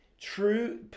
true